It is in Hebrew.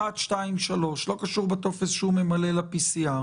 אחת, שתיים, שלוש, לא קשור בטופס שהוא ממלא ל-PCR.